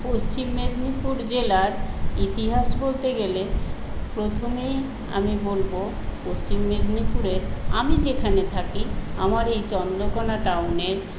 পশ্চিম মেদিনীপুর জেলার ইতিহাস বলতে গেলে প্রথমেই আমি বলবো পশ্চিম মেদিনীপুরের আমি যেখানে থাকি আমার এই চন্দ্রকোনা টাউনের